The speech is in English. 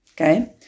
okay